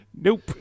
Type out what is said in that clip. Nope